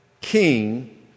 king